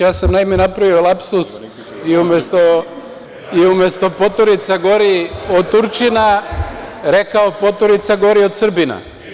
Ja sam, naime, napravio lapsus i umesto – poturica gori od Turčina, rekao – poturica gori od Srbina.